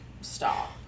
stop